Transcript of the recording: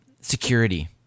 security